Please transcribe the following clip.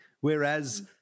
whereas